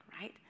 right